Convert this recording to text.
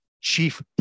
chief